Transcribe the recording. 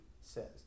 says